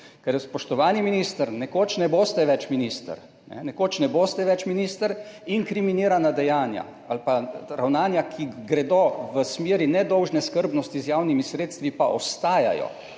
da se tega ne greste. Spoštovani minister, nekoč ne boste več minister, inkriminirana dejanja ali pa ravnanja, ki gredo v smeri ne dolžne skrbnosti z javnimi sredstvi, pa ostajajo.